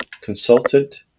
consultant